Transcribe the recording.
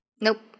nope